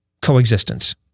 coexistence